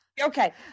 Okay